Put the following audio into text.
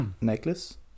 necklace